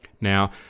Now